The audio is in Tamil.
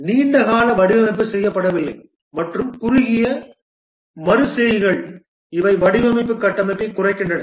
நீண்ட கால வடிவமைப்பு செய்யப்படவில்லை மற்றும் குறுகிய மறு செய்கைகள் இவை வடிவமைப்பு கட்டமைப்பைக் குறைக்கின்றன